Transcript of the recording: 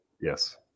Yes